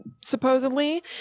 supposedly